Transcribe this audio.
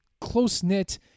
close-knit